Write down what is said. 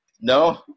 No